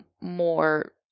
more